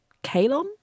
Kalon